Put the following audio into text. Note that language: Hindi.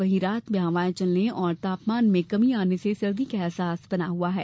वहीं रात में हवायें चलने और तापमान में कमी आने से सर्दी का अहसास बना हुआ है